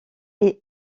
est